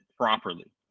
properly